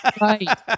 Right